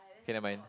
K never mind